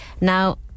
Now